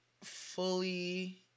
fully